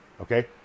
Okay